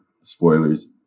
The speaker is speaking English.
spoilers